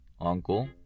uncle